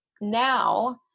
Now